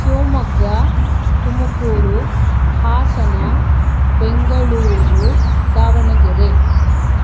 Shivamogga Tumakuru Hassan Bengaluru Davanagere